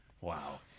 wow